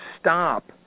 stop